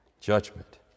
judgment